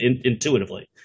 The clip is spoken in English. intuitively